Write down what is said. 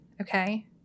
Okay